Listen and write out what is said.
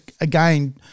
again